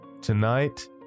Tonight